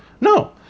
No